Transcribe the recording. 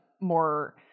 more